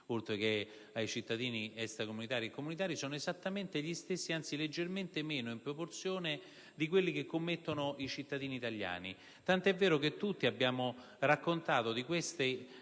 oltre che dai cittadini extracomunitari e comunitari), sono esattamente gli stessi, anzi leggermente meno, in proporzione, di quelli che commettono i cittadini italiani. Tutti abbiamo raccontato delle